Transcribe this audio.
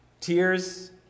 Tears